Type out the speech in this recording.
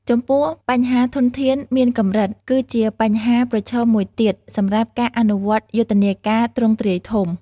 ចំពោះ បញ្ហាធនធានមានកម្រិត គឺជាបញ្ហាប្រឈមមួយទៀត សម្រាប់ការអនុវត្តយុទ្ធនាការទ្រង់ទ្រាយធំ។